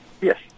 Yes